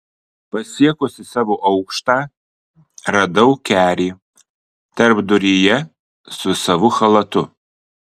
pasiekusi savo aukštą radau kerį tarpduryje su savu chalatu